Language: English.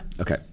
Okay